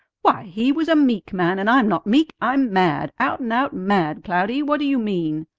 why, he was a meek man, and i'm not meek. i'm mad! out and out mad, cloudy. what do you mean?